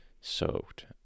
soaked